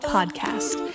Podcast